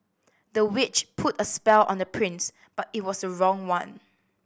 the witch put a spell on the prince but it was the wrong one